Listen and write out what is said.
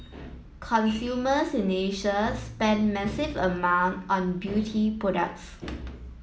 consumers in Asia spend massive amount on beauty products